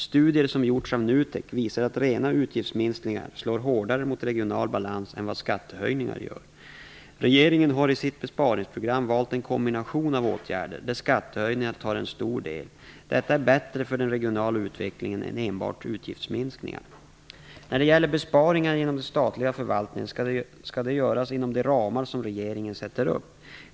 Studier som gjorts av NUTEK visar att rena utgiftsminskningar slår hårdare mot regional balans än vad skattehöjningar gör. Regeringen har i sitt besparingsprogram valt en kombination av åtgärder, där skattehöjningar tar en stor del. Detta är bättre för den regionala utvecklingen än enbart utgiftsminskningar. Besparingar inom den statliga förvaltningen skall göras inom de ramar som regeringen sätter upp.